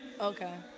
Okay